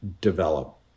develop